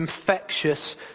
infectious